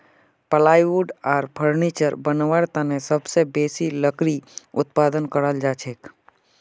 plywood आर furniture बनव्वार तने सबसे बेसी लकड़ी उत्पादन कराल जाछेक